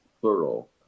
plural